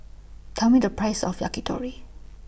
Tell Me The Price of Yakitori